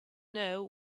know